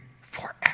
forever